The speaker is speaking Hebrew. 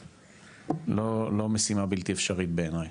זו לא משימה בלתי אפשרית בעיני.